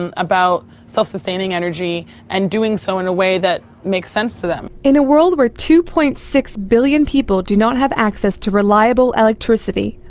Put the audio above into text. and about self-sustaining energy and doing so in a way that makes sense to them. in a world where two. six billion people do not have access to reliable electricity,